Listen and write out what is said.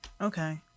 okay